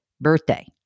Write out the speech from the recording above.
birthday